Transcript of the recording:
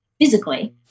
physically